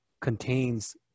contains